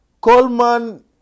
Coleman